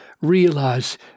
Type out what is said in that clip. Realize